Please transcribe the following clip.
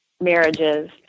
marriages